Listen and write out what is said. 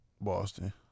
Boston